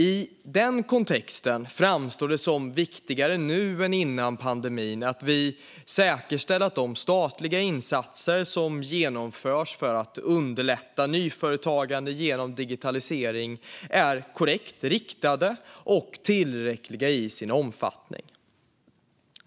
I den kontexten framstår det som viktigare nu än före pandemin att vi säkerställer att de statliga insatser som genomförs för att underlätta nyföretagande genom digitalisering är korrekt riktade och tillräckliga i sin omfattning.